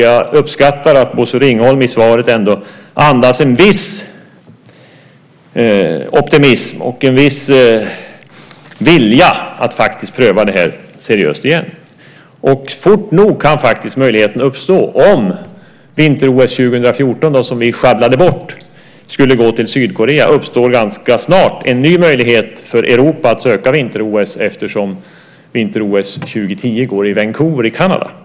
Jag uppskattar att Bosse Ringholm i svaret ändå andas en viss optimism och en viss vilja att pröva det här seriöst igen. Fort nog kan möjligheten uppstå om vinter-OS 2014, som vi schabblade bort, skulle gå till Sydkorea. Då uppstår ganska snart en ny möjlighet för Europa att söka vinter-OS eftersom vinter-OS 2010 går i Vancouver i Kanada.